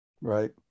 Right